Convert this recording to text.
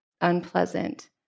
unpleasant